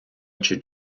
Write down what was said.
хоче